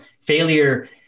failure